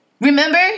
remember